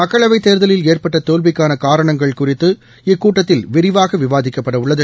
மக்களவைத் தேர்தலில் தஏற்பட்ட தோல்விக்கான காரணங்கள் குறித்து இக்கூட்டத்தில் விரிவாக விவாதிக்கப்பவுள்ளது